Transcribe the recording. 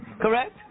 Correct